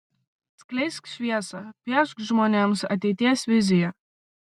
skleisk šviesą piešk žmonėms ateities viziją